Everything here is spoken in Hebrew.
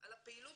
על הפעילות